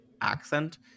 accent